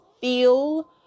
feel